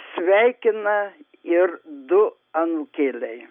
sveikina ir du anukėliai